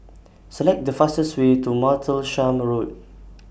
Select The fastest Way to Martlesham Road